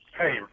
Hey